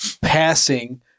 passing